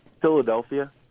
Philadelphia